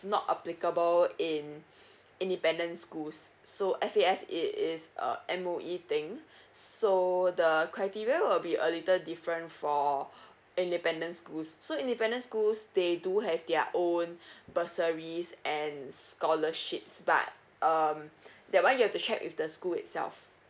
not applicable in independent schools so F_A_S it is a M_O_E thing so the criteria will be a little different for independent schools so independent schools they do have their own bursaries and scholarships but um that one you have to check with the school itself